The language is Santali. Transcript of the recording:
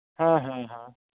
ᱦᱮᱸ ᱦᱮᱸ ᱦᱮᱸ